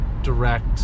Direct